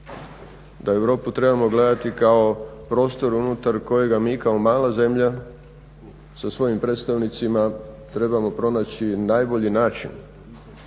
da Europu trebamo gledati kao prostor unutar kojega mi kao mala zemlja sa svojim predstavnicima trebamo pronaći najbolji način,